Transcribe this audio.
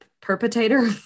perpetrator